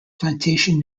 plantation